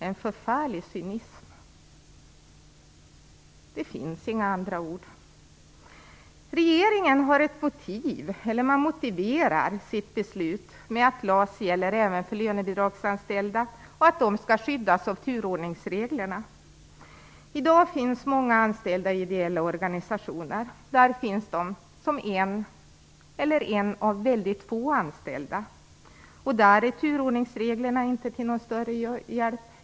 En förfärlig cynism. Det finns inga andra ord. Regeringen motiverar sitt beslut med att LAS gäller även för lönebidragsanställda och att de skall skyddas av turordningsreglerna. I dag finns många anställda i ideella organisationer. Där finns de som en eller en av väldigt få anställda. Där är turordningsreglerna inte till någon större hjälp.